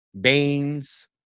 Baines